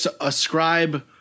ascribe